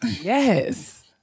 yes